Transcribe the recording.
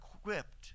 equipped